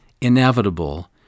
inevitable